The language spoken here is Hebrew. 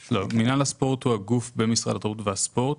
לא, מינהל הספורט הוא הגוף במשרד התרבות והספורט